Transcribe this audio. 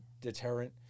deterrent